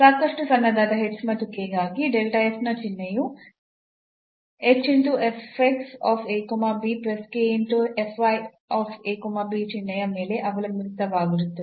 ಸಾಕಷ್ಟು ಸಣ್ಣದಾದ ಗಾಗಿ ನ ಚಿಹ್ನೆಯು ಚಿಹ್ನೆಯ ಮೇಲೆ ಅವಲಂಬಿತವಾಗಿರುತ್ತದೆ